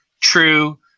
true